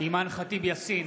אימאן ח'טיב יאסין,